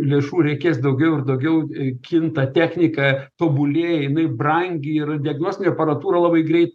lėšų reikės daugiau ir daugiau kinta technika tobulėja jinai brangi ir diagnostinė aparatūra labai greit